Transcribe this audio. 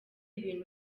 ibintu